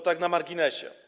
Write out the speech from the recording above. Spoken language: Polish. To tak na marginesie.